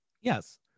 Yes